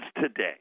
today